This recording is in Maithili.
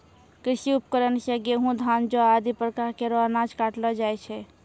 कृषि उपकरण सें गेंहू, धान, जौ आदि प्रकार केरो अनाज काटलो जाय छै